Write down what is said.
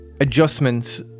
adjustments